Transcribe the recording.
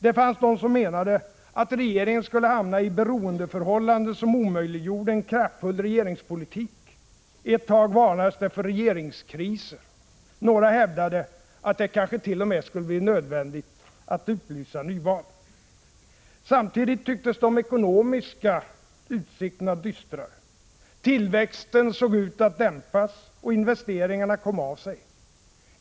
Det fanns de som menade att regeringen skulle hamna i beroendeförhållanden som omöjliggjorde en kraftfull regeringspolitik. Ett tag varnades det för regeringskriser. Några hävdade att det kanske t.o.m. skulle bli nödvändigt att utlysa nyval. Samtidigt tycktes de ekonomiska utsikterna vara dystrare. Tillväxten såg ut att dämpas, och investeringarna kom av sig.